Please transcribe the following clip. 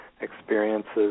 experiences